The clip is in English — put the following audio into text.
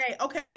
okay